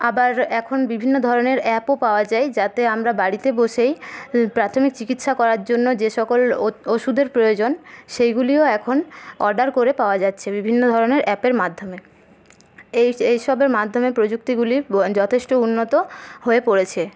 আবার এখন বিভিন্ন ধরনের অ্যাপও পাওয়া যায় যাতে আমরা বাড়িতে বসেই প্রাথমিক চিকিৎসা করার জন্য যে সকল ওষুধের প্রয়োজন সেইগুলিও এখন অর্ডার করে পাওয়া যাচ্ছে বিভিন্ন ধরনের অ্যাপের মাধ্যমে এই এইসবের মাধ্যমে প্রযুক্তিগুলির যথেষ্ট উন্নত হয়ে পরেছে